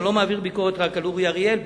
שאני לא מעביר ביקורת רק על אורי אריאל,